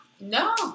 No